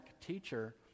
teacher